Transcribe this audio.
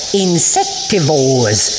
insectivores